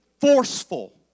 forceful